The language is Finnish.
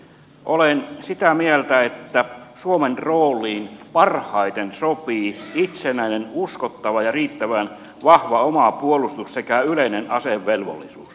olen sitä mieltä että suomen rooliin parhaiten sopii itsenäinen uskottava ja riittävän vahva oma puolustus sekä yleinen asevelvollisuus